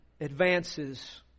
advances